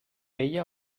ella